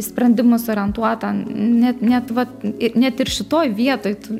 į sprendimus orientuota net net vat ir net ir šitoj vietoj tu